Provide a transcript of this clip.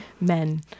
men